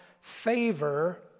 favor